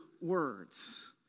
words